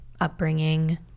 upbringing